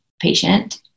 patient